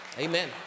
Amen